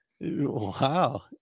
Wow